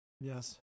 Yes